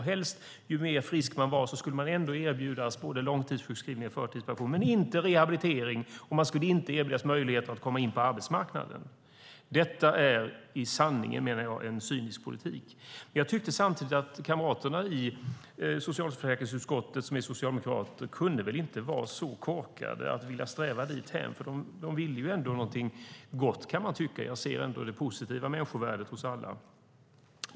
Även om man var frisk skulle man ändå erbjudas både långtidssjukskrivning och förtidspension men inte rehabilitering eller möjlighet att komma in på arbetsmarknaden. Detta är i sanning en cynisk politik. Jag tycker samtidigt att de socialdemokratiska kamraterna i socialförsäkringsutskottet inte kan vara så korkade att de vill sträva dithän. De vill ändå något gott. Jag vill ändå se det positiva människovärdet hos alla.